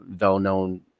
well-known